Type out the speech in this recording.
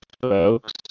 folks